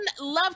love